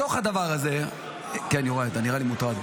מתוך הדבר הזה, כן, יוראי, אתה נראה לי מוטרד.